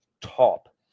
top